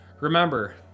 Remember